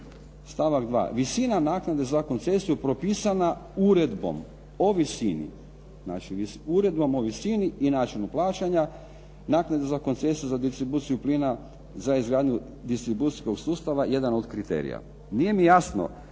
stavak 2.: visina naknade za koncesiju propisana Uredbom o visini i načinu plaćanja naknade za koncesiju za distribuciju plina, za izgradnju distribucijskog sustava jedan od kriterija. Nije mi jasno